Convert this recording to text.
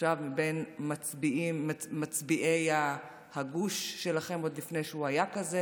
נחשב בין מצביעי הגוש שלכם עוד לפני שהוא היה כזה.